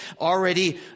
already